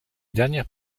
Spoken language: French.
dernière